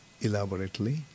elaborately